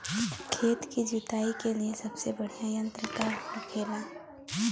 खेत की जुताई के लिए सबसे बढ़ियां यंत्र का होखेला?